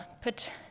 put